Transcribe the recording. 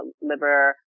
liver